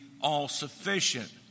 all-sufficient